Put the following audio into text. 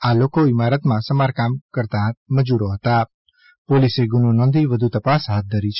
આ લોકો ઇમારતમાં સમારકામ કરતાં મજૂરો હતાં પોલીસે ગુનો નોંધી તપાસ હાથ ધરી છે